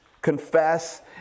Confess